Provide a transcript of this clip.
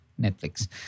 Netflix